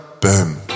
boom